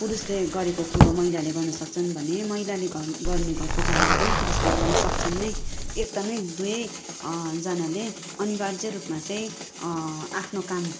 पुरुषले गरेको कुरो महिलाले गर्न सक्छन् भने महिलाले गर्ने घरको कामहरू पनि पुरुषले गर्न सक्छन् नै एकदमै दुवै जनाले अनिवार्य रुपमा चाहिँ आफ्नो काम